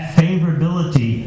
favorability